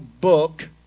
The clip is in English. book